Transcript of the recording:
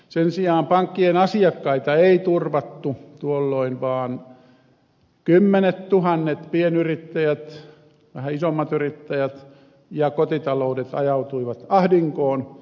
sen sijaan pankkien asiakkaita ei turvattu tuolloin vaan kymmenettuhannet pienyrittäjät vähän isommat yrittäjät ja kotitaloudet ajautuivat ahdinkoon